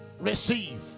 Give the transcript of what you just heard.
Receive